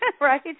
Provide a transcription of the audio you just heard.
right